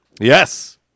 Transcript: Yes